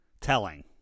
telling